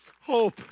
hope